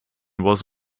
was